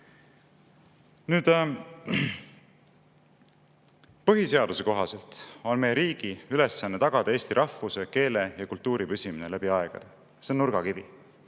on. Põhiseaduse kohaselt on meie riigi ülesanne tagada eesti rahvuse, keele ja kultuuri püsimine läbi aegade, see on nurgakivi.